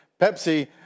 Pepsi